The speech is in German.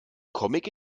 comic